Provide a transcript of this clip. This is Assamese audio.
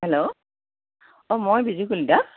হেল্ল' অ' মই বিজু কলিতা